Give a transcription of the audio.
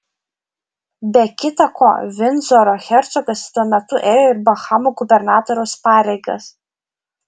be kita ko vindzoro hercogas tuo metu ėjo ir bahamų gubernatoriaus pareigas